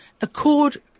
accord